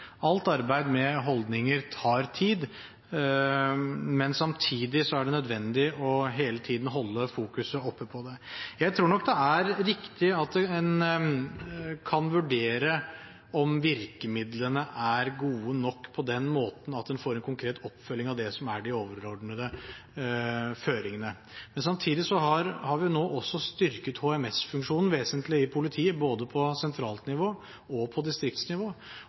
Alt arbeid med holdninger tar tid, men samtidig er det nødvendig hele tiden å holde fokuset oppe på det. Jeg tror nok det er riktig at en kan vurdere om virkemidlene er gode nok på den måten at en får en konkret oppfølging av det som er de overordnede føringene. Men samtidig har vi nå også styrket HMS-funksjonen vesentlig i politiet, både på sentralt nivå og på distriktsnivå.